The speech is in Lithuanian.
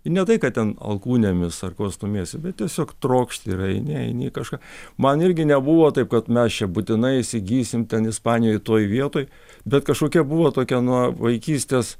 ne tai kad ten alkūnėmis ar ko stumiesi bet tiesiog trokšti ir eini eini kažką man irgi nebuvo taip kad mes čia būtinai įsigysim ten ispanijoj toj vietoj bet kažkokia buvo tokia nuo vaikystės